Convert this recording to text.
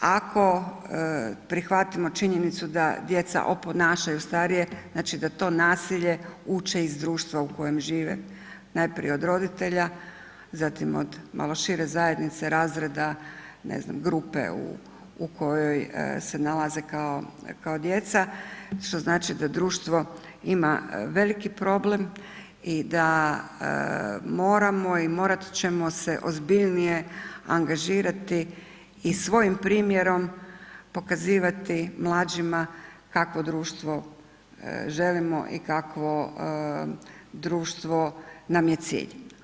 Ako prihvatimo činjenicu, da djeca oponašaju starije, znači da to nasilje, uče iz društva u kojem žive, najprije od roditelja, zatim od, malo šire zajednice, razreda, grupe u kojoj se nalazi kao djeca, što znači da društvo ima veliki problem i da moramo i morati ćemo se ozbiljnije angažirati i svojim primjerom pokazivati mlađima kakvo društvo želimo i kakvo društvo nam je cilj.